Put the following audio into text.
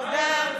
תודה.